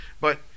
but-